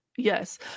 Yes